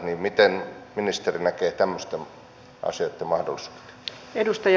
miten ministeri näkee tämmöisten asioitten mahdollisuuden